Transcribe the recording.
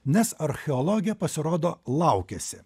nes archeologė pasirodo laukiasi